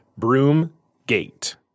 Broomgate